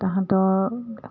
তাহাঁতৰ